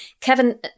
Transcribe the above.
Kevin